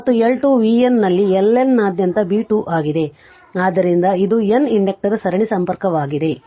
ಮತ್ತು L 2 v N ನಲ್ಲಿ L N ನಾದ್ಯಂತ b 2 ಆಗಿದೆ ಆದ್ದರಿಂದ ಇದು N ಇಂಡಕ್ಟರ್ನ ಸರಣಿ ಸಂಪರ್ಕವಾಗಿದೆ